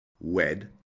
wed